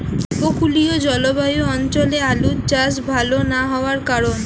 উপকূলীয় জলবায়ু অঞ্চলে আলুর চাষ ভাল না হওয়ার কারণ?